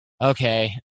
okay